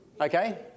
Okay